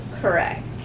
Correct